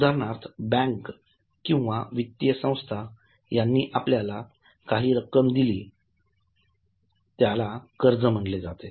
उदाहरणार्थ बँका किंवा वित्तीय संस्था यांनी आपल्याला काही रक्कम दिली त्याला कर्ज म्हटले जाते